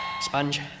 Sponge